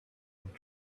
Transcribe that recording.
and